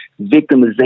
victimization